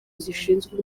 zishinzwe